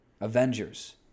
Avengers